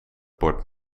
bord